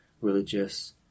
religious